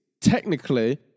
technically